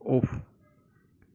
off